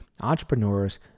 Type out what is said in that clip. entrepreneurs